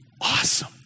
Awesome